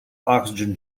oxygen